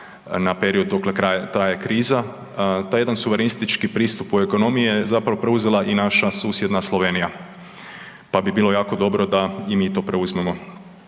na period dokle traje kriza. Taj jedan suverenistički pristup ekonomiji je zapravo preuzela i naša susjedna Slovenija pa bi bilo jako dobro da i mi to preuzmemo.